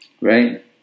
Right